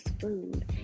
food